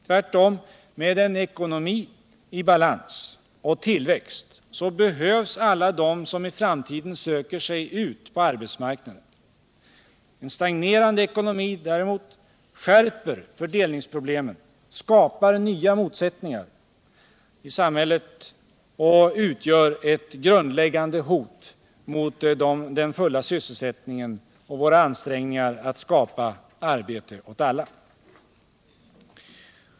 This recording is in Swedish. Tvärtom, med en ekonomi i balans och tillväxt behövs alla de som i framtiden söker sig ut på arbetsmarknaden. En stagnerande ekonomi däremot skärper fördelningsproblemen, skapar nya motsättningar i samhället och utgör ett grundläggande hot mot den fulla sysselsättningen och våra ansträngningar att skapa arbete åt alla.